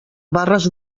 barres